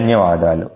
ధన్యవాదాలు